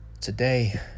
Today